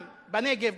גם בנגב,